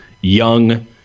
young